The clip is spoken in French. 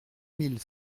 mille